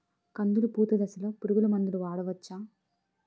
కందులు పూత దశలో పురుగు మందులు వాడవచ్చా?